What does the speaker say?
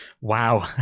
wow